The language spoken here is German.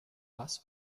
was